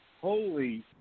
holy